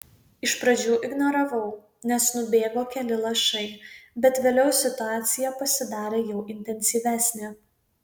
iš pradžių ignoravau nes nubėgo keli lašai bet vėliau situacija pasidarė jau intensyvesnė